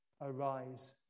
arise